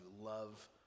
love